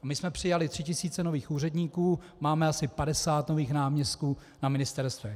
My jsme přijali tři tisíce nových úředníků, máme asi padesát nových náměstků na ministerstvech.